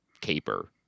caper